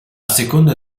seconda